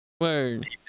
Word